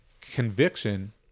conviction